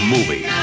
Movie